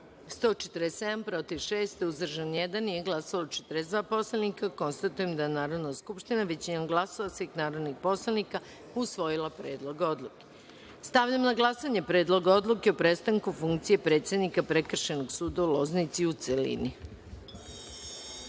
uzdržan – jedan, nije glasalo 42 poslanika. Konstatujem da je Narodna skupština većinom glasova svih narodnih poslanika usvojila Predlog odluke. Stavljam na glasanje Predlog odluke o prestanku funkcije predsednika Prekršajnog suda u Loznici, u